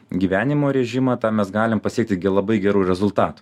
gyvenimo režimą tą mes galim pasiekti labai gerų rezultatų